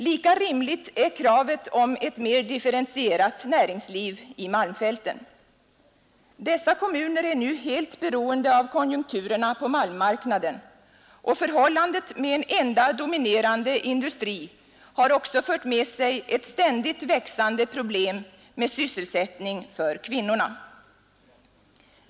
Lika rimligt är kravet om ett mer differentierat näringsliv i malmfälten. Dessa kommuner är nu helt beroende av konjunkturerna på malmmarknaden, och förhållandet med en enda dominerande industri har också fört med sig ett ständigt växande problem med sysselsättning för kvinnorna.